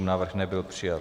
Návrh nebyl přijat.